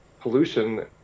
pollution